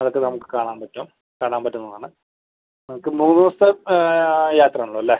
അതൊക്കെ നമുക്ക് കാണാൻ പറ്റും കാണാൻ പറ്റുന്നതാണ് നമുക്ക് മൂന്ന് ദിവസത്തെ യാത്ര ഉള്ളൂ അല്ലേ